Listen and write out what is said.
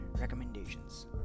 Recommendations